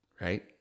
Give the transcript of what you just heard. right